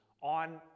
on